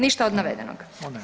Ništa od navedenog.